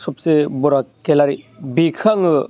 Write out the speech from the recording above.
सबसे बरा केलारि बेखौ आङो